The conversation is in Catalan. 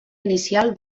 inicial